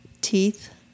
teeth